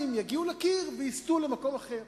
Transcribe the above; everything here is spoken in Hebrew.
והמים יגיעו לקיר ויסטו למקום אחר.